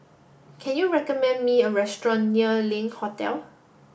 can you recommend me a restaurant near Link Hotel